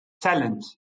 talent